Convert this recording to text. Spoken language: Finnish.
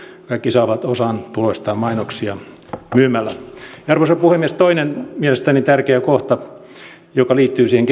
saavat kaikki osan tuloistaan mainoksia myymällä arvoisa puhemies toinen mielestäni tärkeä kohta joka liittyy siihen